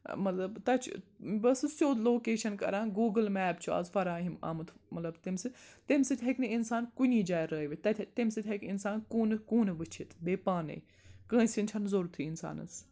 مطلب تَتہِ چھُ بہٕ ٲ سٕس سیوٚد لوکیشَن کَران گوٗگل میپ چھُ آز فراہِم آمُت مطلب تمہِ سۭتۍ تمہِ سۭتۍ ہیٚکہِ نہٕ اِنسان کُنی جایہِ رٲوِتھ تَتہِ تمہِ سۭتۍ ہیٚکہِ اِنسان کوٗنہٕ کوٗنہٕ وٕچھِتھ بیٚیہِ پانَے کٲنٛسہِ ہٕند چھَنہٕ ضوٚرتھے اِنسانَس